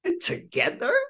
together